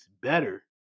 better